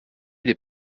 des